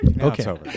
Okay